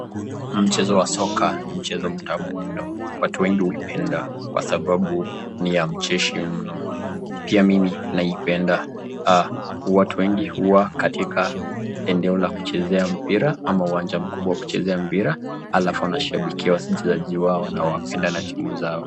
Mchezo wa soka ni mchezo mtamu mno. Watu wengi huipenda kwa sababu ni ya mcheshi mno, pia mm naipenda. Watu wengi huwa katika eneo la kuchezea mpira ama uwanja mkubwa wa kuchezea mpira alafu wanashambikia wachezaji wao na wanaeda na timu zao.